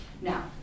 Now